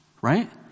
Right